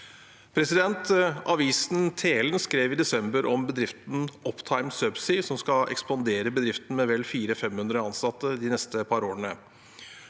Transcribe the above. Avisen Telen skrev i desember om bedriften Optime Subsea som skal ekspandere bedriften med vel 400–500 ansatte de neste par årene.